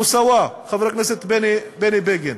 מוסאוא, חבר הכנסת בני בגין.